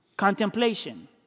Contemplation